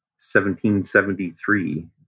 1773